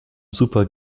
super